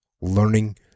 learning